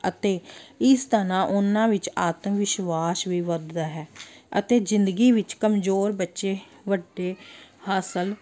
ਅਤੇ ਇਸ ਤਰ੍ਹਾਂ ਉਹਨਾਂ ਵਿੱਚ ਆਤਮ ਵਿਸ਼ਵਾਸ ਵੀ ਵੱਧਦਾ ਹੈ ਅਤੇ ਜ਼ਿੰਦਗੀ ਵਿੱਚ ਕਮਜ਼ੋਰ ਬੱਚੇ ਵੱਡੇ ਹਾਸਲ